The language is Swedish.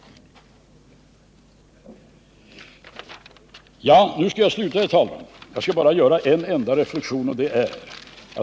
Innan jag slutar, herr talman, skall jag bara göra en enda reflexion.